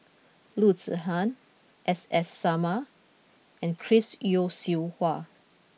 Loo Zihan S S Sarma and Chris Yeo Siew Hua